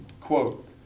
Quote